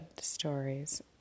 stories